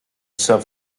self